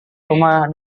rumah